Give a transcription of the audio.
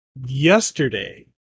yesterday